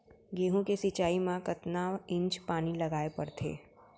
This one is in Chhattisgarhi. गेहूँ के सिंचाई मा कतना इंच पानी लगाए पड़थे?